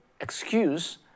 excuse